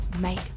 make